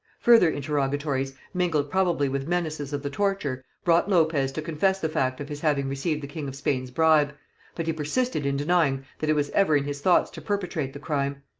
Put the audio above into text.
further interrogatories, mingled probably with menaces of the torture, brought lopez to confess the fact of his having received the king of spain's bribe but he persisted in denying that it was ever in his thoughts to perpetrate the crime.